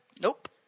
Nope